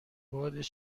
باد